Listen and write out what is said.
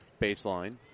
Baseline